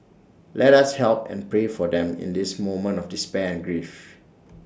let us help and pray for them in this moment of despair and grief